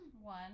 One